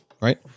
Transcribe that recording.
right